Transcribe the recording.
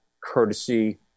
courtesy